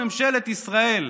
16 שרים,